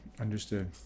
understood